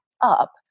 up